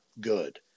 good